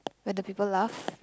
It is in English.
when the people laugh